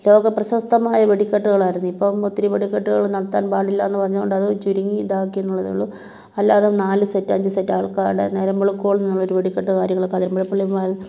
ലോകപ്രശസ്തമായ വെടികെട്ടുകളായിരുന്നു ഇപ്പം ഒത്തിരി വെടികെട്ടുകൾ നടത്താൻ പാടില്ലെന്ന് പറഞ്ഞത് കൊണ്ട് അത് ചുരുങ്ങി ഇതാക്കിയെന്നുള്ളതേ ഉള്ളു അല്ലാതെ നാലു സെറ്റ് അഞ്ച് സെറ്റ് ആൾക്കാരുടെ നേരം വെളുക്കുവോളം നല്ലൊരു വെടിക്കെട്ട് കാര്യങ്ങളൊക്കെ അതിരമ്പുഴ പെരുനാളിൽ